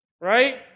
right